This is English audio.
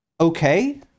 Okay